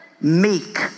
meek